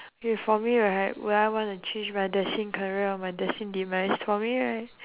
K for me right would I want to change my destine career or my destine demise for me right